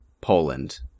Poland